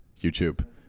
YouTube